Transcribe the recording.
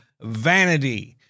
vanity